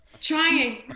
Trying